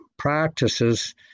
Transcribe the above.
practices